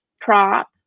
prop